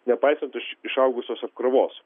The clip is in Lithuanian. nepaisant išaugusios apkrovos